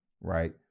right